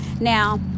Now